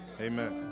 Amen